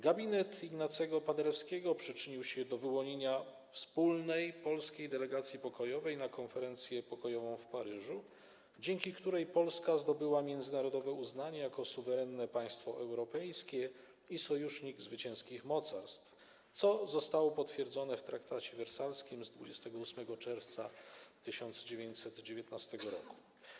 Gabinet Ignacego Paderewskiego przyczynił się do wyłonienia wspólnej polskiej delegacji pokojowej na konferencję pokojową w Paryżu, dzięki której Polska zdobyła międzynarodowe uznanie jako suwerenne państwo europejskie i sojusznik zwycięskich mocarstw, co zostało potwierdzone w traktacie wersalskim z 28 czerwca 1919 r.